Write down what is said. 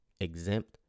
exempt